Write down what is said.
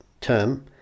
term